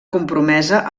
compromesa